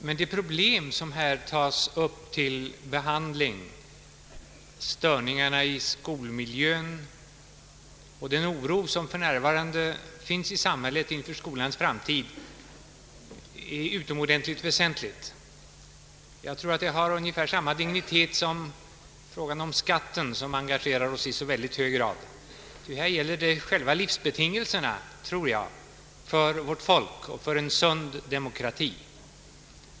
Men de problem som här tas upp, nämligen störningarna i skolmiljön och den oro som för närvarande finns i samhället inför skolans framtid, är utomordentligt väsentliga. Jag tror att de har ungefär samma dignitet som frågan om skatterna, som ju engagerar oss i så hög grad. Här gäller det själva livsbetingelserna för vårt folk och för en sund demokrati.